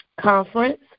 Conference